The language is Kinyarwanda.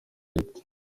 leta